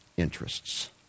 interests